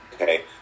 okay